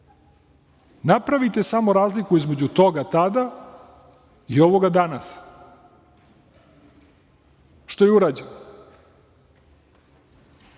pomoć. Napravite samo razliku između toga tada i ovog danas što je urađeno.